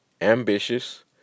ambitious